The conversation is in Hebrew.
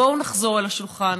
בואו נחזור אל השולחן,